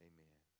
Amen